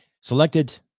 Selected